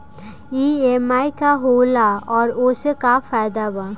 EMI का होला और ओसे का फायदा बा?